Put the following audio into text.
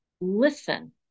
listen